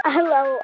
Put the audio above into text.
Hello